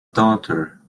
daughter